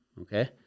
okay